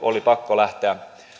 oli pakko lähteä